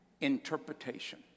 interpretation